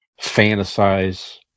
fantasize